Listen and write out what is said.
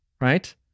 Right